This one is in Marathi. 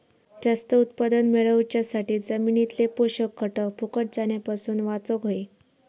जास्त उत्पादन मेळवच्यासाठी जमिनीतले पोषक घटक फुकट जाण्यापासून वाचवक होये